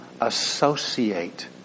associate